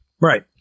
Right